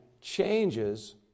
changes